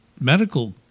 medical